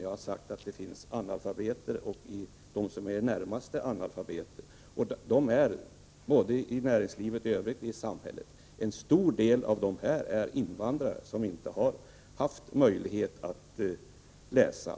Jag har sagt att det finns i det närmaste analfabeter både i näringslivet och i samhället i övrigt. En stor del av dem är invandrare, som inte har haft möjlighet att lära sig läsa.